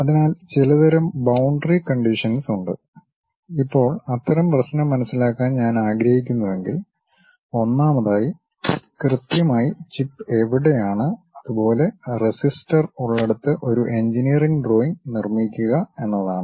അതിനാൽ ചിലതരം boundary conditions ഉണ്ട് ഇപ്പോൾ അത്തരം പ്രശ്നം മനസിലാക്കാൻ ഞാൻ ആഗ്രഹിക്കുന്നുവെങ്കിൽ ഒന്നാമതായി കൃത്യമായി ചിപ്പ് എവിടെയാണ് അതുപോലെ റെസിസ്റ്റർ ഉള്ളിടത്ത് ഒരു എഞ്ചിനീയറിംഗ് ഡ്രോയിംഗ് നിർമ്മിക്കുക എന്നതാണ്